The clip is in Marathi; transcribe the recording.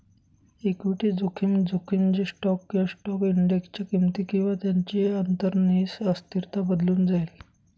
इक्विटी जोखीम, जोखीम जे स्टॉक किंवा स्टॉक इंडेक्सच्या किमती किंवा त्यांची अंतर्निहित अस्थिरता बदलून जाईल